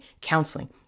Counseling